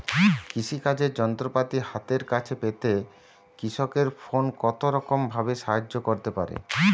কৃষিকাজের যন্ত্রপাতি হাতের কাছে পেতে কৃষকের ফোন কত রকম ভাবে সাহায্য করতে পারে?